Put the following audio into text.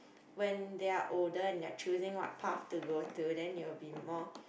when they are old and they are choosing what path to go to then you will be more